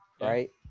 Right